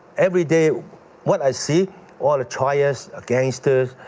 everyday what i see all the triads, gangsters,